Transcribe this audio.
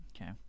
Okay